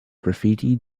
graffiti